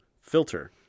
Filter